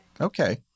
okay